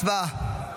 הצבעה.